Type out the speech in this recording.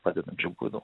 padedančiu būdu